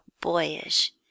boyish